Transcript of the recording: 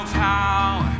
power